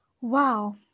Wow